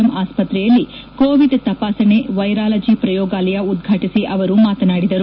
M ಆಸ್ಪತ್ರೆಯಲ್ಲಿ Covid ತಪಾಸಣೆ virology ಪ್ರಯೋಗಾಲಯ ಉದ್ಘಾಟಿಸಿ ಅವರು ಮಾತನಾಡಿದರು